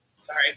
Sorry